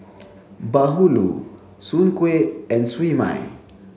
Bahulu Soon Kueh and Siew Mai